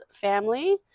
family